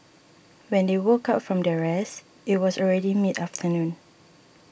when they woke up from their rest it was already mid afternoon